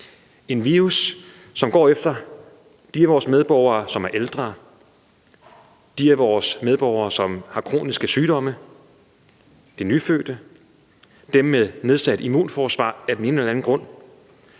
en virus, som går efter de af vores medborgere, som er ældre; de af vores medborgere, som har kroniske sygdomme; de af vores medborgere, som er nyfødte;